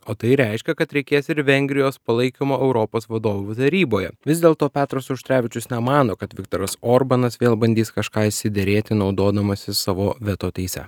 o tai reiškia kad reikės ir vengrijos palaikymo europos vadovų taryboje vis dėlto petras auštrevičius nemano kad viktoras orbanas vėl bandys kažką išsiderėti naudodamasis savo veto teise